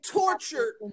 tortured